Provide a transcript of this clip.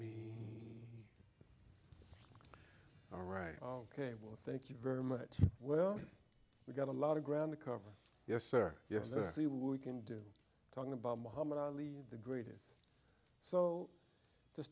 me all right ok well thank you very much well we got a lot of ground to cover yes sir yes i see we can do talking about muhammad ali the greatest so